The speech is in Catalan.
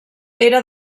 era